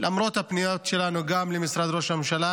למרות הפניות שלנו גם למשרד ראש הממשלה